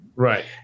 Right